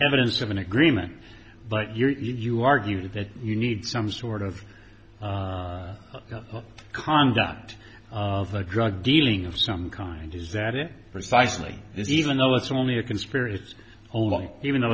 evidence of an agreement but your if you argue that you need some sort of conduct of a drug dealing of some kind is that it precisely that even though it's only a conspiracy only even though